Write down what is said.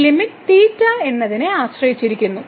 ഈ ലിമിറ്റ് എന്നതിനെ ആശ്രയിച്ചിരിക്കുന്നു